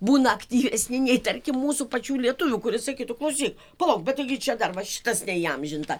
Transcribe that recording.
būna aktyvesni nei tarkim mūsų pačių lietuvių kuris sakytų klausyk palauk bet taigi čia dar va šitas neįamžinta